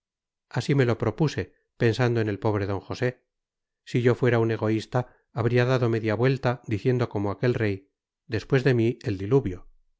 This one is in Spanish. así me lo propuse pensando en el pobre d josé si yo fuera un egoísta habría dado media vuelta diciendo como aquel rey después de mí el diluvio